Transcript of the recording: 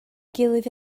gilydd